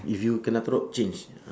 if you kena throw out change